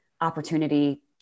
opportunity